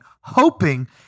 hoping